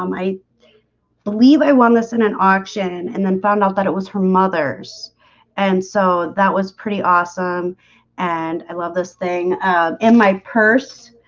um i believe i won this in an auction and then found out that it was her mother's and so that was pretty awesome and i love this thing in my purse.